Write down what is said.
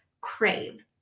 crave